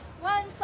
one